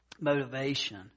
motivation